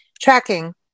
tracking